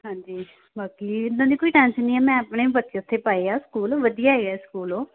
ਹਾਂਜੀ ਬਾਕੀ ਇੱਦਾਂ ਦੀ ਕੋਈ ਟੈਂਸ਼ਨ ਨਹੀਂ ਹੈ ਮੈਂ ਆਪਣੇ ਬੱਚੇ ਉੱਥੇ ਪਾਏ ਆ ਸਕੂਲ ਵਧੀਆ ਹੈ ਸਕੂਲ ਉਹ